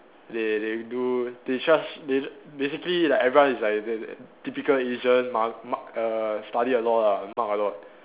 they they do they charge they basically like everyone is like the the typical Asians mu~ mug err study a lot ah mug a lot